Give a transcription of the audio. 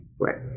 Right